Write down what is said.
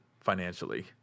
financially